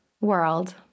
world